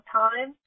time